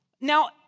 Now